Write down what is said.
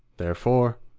therefore,